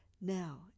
now